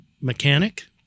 mechanic